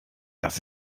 dass